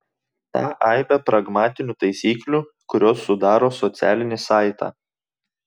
tą aibę pragmatinių taisyklių kurios sudaro socialinį saitą